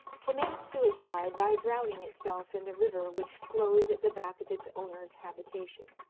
committed suicide by drowning itself in the river which flows at the back of its owner's habitation.